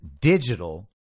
digital